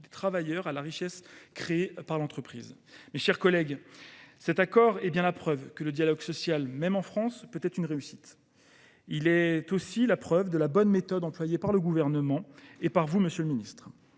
des travailleurs à la richesse créée par l’entreprise. Mes chers collègues, cet accord est bien la preuve que le dialogue social, même en France, peut être une réussite. Il est aussi la preuve de la bonne méthode employée par le Gouvernement et par vous, monsieur le ministre.